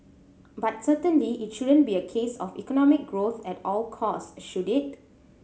but certainly it shouldn't be a case of economic growth at all costs should it